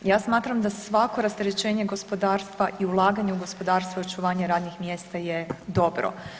Ja smatram da svako rasterećenje gospodarstva i ulaganje u gospodarstvo i očuvanje radnih mjesta je dobro.